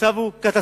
המצב הוא קטסטרופה.